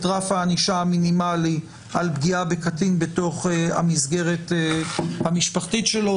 רף הענישה המינימלי על פגיעה בקטין בתוך המסגרת המשפחתית שלו.